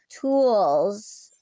tools